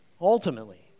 Ultimately